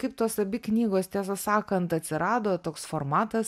kaip tos abi knygos tiesą sakant atsirado toks formatas